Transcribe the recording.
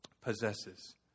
possesses